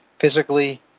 Physically